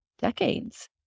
decades